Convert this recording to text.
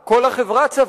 צבא, כל החברה צבא.